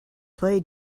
play